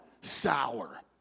sour